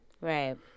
Right